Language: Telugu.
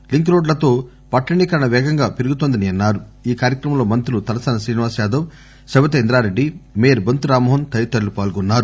లింక్ రోడ్లతో పట్టణీకరణ పేగంగా పెరుగుతోందన్నారు ఈ కార్భక్రమంలో మంత్రులు తలసాని శ్రీనివాస్ యాదవ్ సబితా ఇంద్రారెడ్డి మేయర్ బొంతు రామ్మోహన్ తదితరులు పాల్గొన్నారు